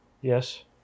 yes